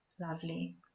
Lovely